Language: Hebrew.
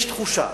יש תחושה